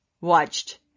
watched